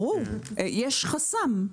ברור, יש חסם.